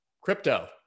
crypto